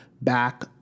Back